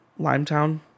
Limetown